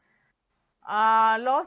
uh loss